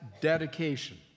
dedication